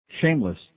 Shameless